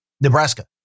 Nebraska